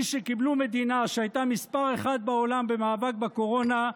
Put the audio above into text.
מי שקיבלו מדינה שהייתה מס' אחת בעולם במאבק בקורונה,